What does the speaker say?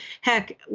Heck